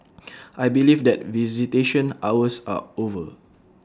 I believe that visitation hours are over